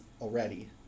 already